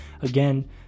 Again